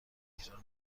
تکرار